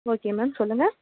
okay ma'am சொல்லுங்கள்